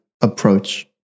approach